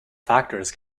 factors